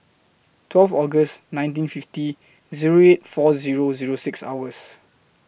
twelve August nineteen fifty Zero eight four Zero Zero six